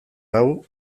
hau